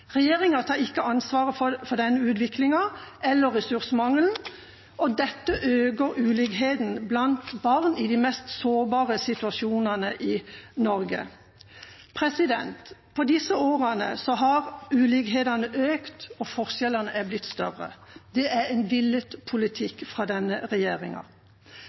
Regjeringa tar ikke ansvar for denne utviklingen eller ressursmangelen, og dette øker ulikhetene blant barn i de mest sårbare situasjonene i Norge. På disse årene har ulikhetene økt, og forskjellene er blitt større. Det er en villet politikk fra denne regjeringa.